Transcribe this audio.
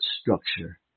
structure